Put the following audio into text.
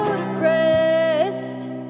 depressed